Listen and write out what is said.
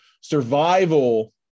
survival